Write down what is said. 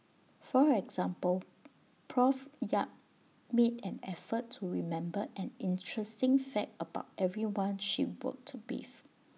for example Prof yap made an effort to remember an interesting fact about everyone she worked with